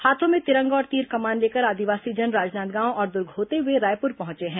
हाथों में तिरंगा और तीर कमान लेकर आदिवासीजन राजनांदगांव और दुर्ग होते हुए रायपुर पहुंचे हैं